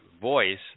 voice